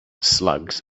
slugs